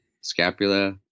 scapula